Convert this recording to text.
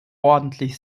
ordentlich